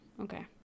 okay